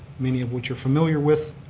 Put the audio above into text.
many of which you're familiar with,